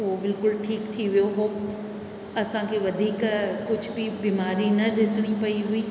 उहो बिल्कुलु ठीकु थी वियो हुओ असांखे वधीक कुझ बि बीमारी न ॾिसणी पई हुई